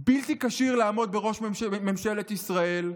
בלתי כשיר לעמוד בראש ממשלת ישראל.